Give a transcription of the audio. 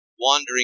wandering